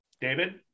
David